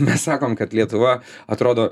mes sakom kad lietuva atrodo